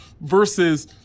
versus